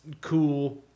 cool